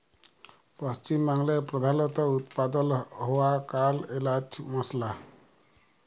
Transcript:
পশ্চিম বাংলায় প্রধালত উৎপাদল হ্য়ওয়া কাল এলাচ মসলা